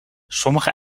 sommige